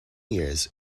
years